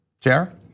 Chair